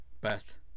Beth